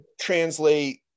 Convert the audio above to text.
translate